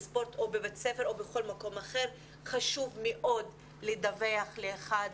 בספורט או בבית ספר או בכל מקום אחר חשוב מאוד לדווח לאחד,